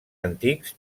antics